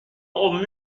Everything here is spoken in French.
aux